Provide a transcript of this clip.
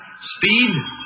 Speed